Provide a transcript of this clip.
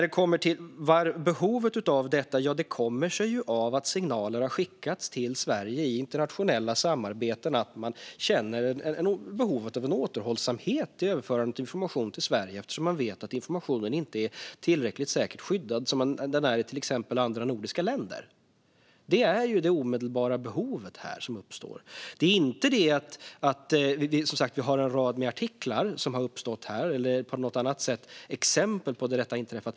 Detta lagförslag kommer sig av att signaler har skickats till Sverige i internationella samarbeten att man känner behov av en återhållsamhet i överförandet av information till Sverige eftersom man vet att informationen inte är tillräckligt säkert skyddad, som den är i exempelvis andra nordiska länder. Det är det omedelbara behovet. Det handlar inte om en rad artiklar eller andra exempel på att något har inträffat.